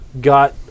got